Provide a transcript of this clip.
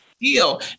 deal